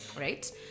right